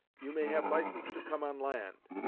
you may have licence to come on land.